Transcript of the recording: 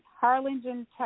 Harlingen